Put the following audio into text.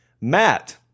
Matt